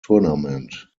tournament